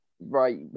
right